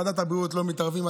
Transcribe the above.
ועדת הבריאות לא מתערבים,